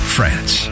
France